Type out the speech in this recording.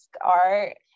art